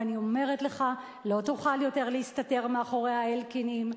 ואני אומרת לך: לא תוכל יותר להסתתר מאחורי האלקינים,